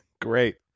great